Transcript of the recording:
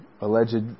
alleged